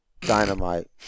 Dynamite